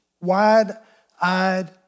Wide-eyed